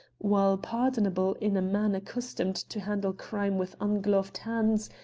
while pardonable in a man accustomed to handle crime with ungloved hands,